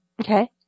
Okay